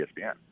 ESPN